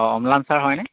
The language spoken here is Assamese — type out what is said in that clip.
অঁ অম্লান ছাৰ হয়নে